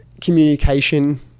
communication